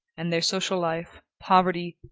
and their social life, poverty,